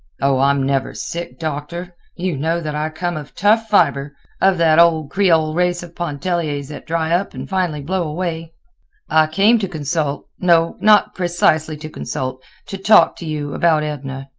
oh! i'm never sick, doctor. you know that i come of tough fiber of that old creole race of pontelliers that dry up and finally blow away. i came to consult no, not precisely to consult to talk to you about edna.